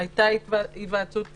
הייתה היוועצות כזו,